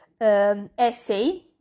essay